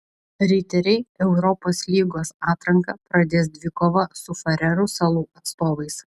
riteriai europos lygos atranką pradės dvikova su farerų salų atstovais